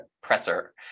presser